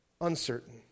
uncertain